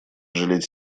жалеть